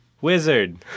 wizard